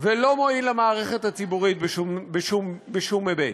ולא מועיל למערכת הציבורית בשום היבט.